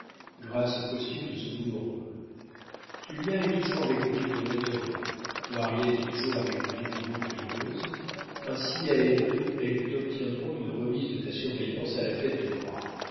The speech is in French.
grâce au costume de son nouveau rôle tullia est toujours avec le duc de rhétoré mariette est toujours avec le duc de maufrigneuse ainsi à elles deux elle t'obtiendront une remise de ta surveillance à la fête du roi